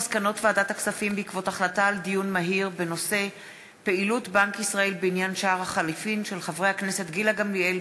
מסקנות ועדת הכספים בעקבות דיון מהיר בהצעתם של חברי הכנסת גילה גמליאל,